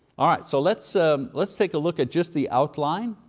ah so let's um let's take a look at just the outline,